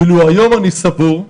ואילו היום אני סבור,